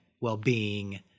well-being